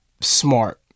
smart